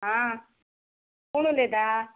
आं कोण उलयता